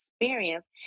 experience